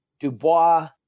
Dubois